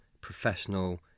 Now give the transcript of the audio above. professional